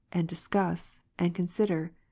and discuss, and consider?